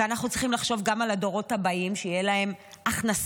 ואנחנו צריכים לחשוב גם על הדורות הבאים שיהיו להם הכנסות,